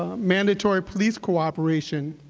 mandatory police cooperation,